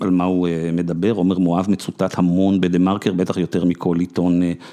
על מה הוא מדבר, עומר מואב מצוטט המון בדה מרקר, בטח יותר מכל עיתון.